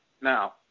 Now